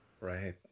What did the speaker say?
Right